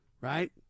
Right